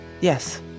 Yes